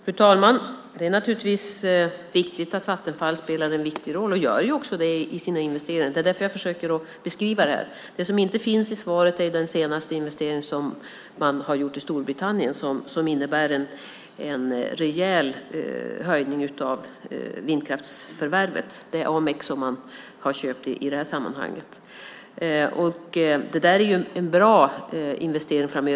Fru talman! Det är naturligtvis betydelsefullt att Vattenfall spelar en viktig roll. Det gör man också i sina investeringar. Det är därför som jag försöker beskriva det här. Det som inte finns i svaret är den senaste investeringen, som gjordes i Storbritannien och som innebär en rejäl höjning av vindkraftsförvärvet. Man har köpt AMEC. Det blir en bra investering framöver.